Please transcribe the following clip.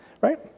right